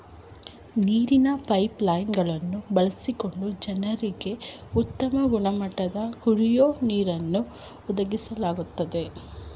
ನೀರಿನ pipe line ಗಳನ್ನು ಬಳಸಿಕೊಂಡು ಜನರಿಗೆ ಉತ್ತಮ ಗುಣಮಟ್ಟದ ಕುಡಿಯೋ ನೀರನ್ನು ಒದಗಿಸ್ಲಾಗ್ತದೆ